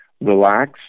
relax